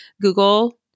Google